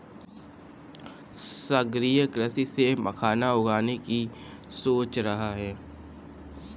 सागरीय कृषि से मखाना उगाने की सोच रहा हूं